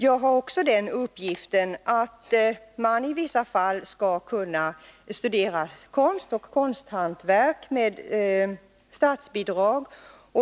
Jag har också den uppgiften att man i vissa fall skall kunna studera konst och konsthantverk med statsbidrag.